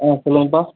ஆ சொல்லுங்கள்